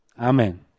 Amen